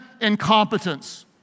incompetence